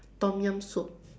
Tom-Yum soup